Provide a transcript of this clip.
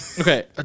Okay